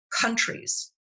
countries